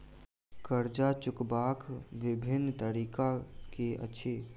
कर्जा चुकबाक बिभिन्न तरीका की अछि?